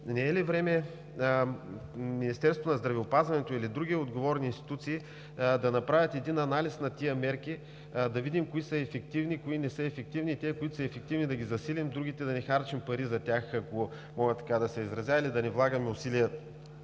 Не е ли време Министерството на здравеопазването или други отговорни институции да направят анализ на тези мерки, да видим кои са ефективни и кои не са ефективни и тези, които не са ефективни, да ги засилим, за другите да не харчим пари – ако мога така да се изразя, или да не влагаме усилия